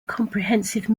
comprehensive